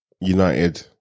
United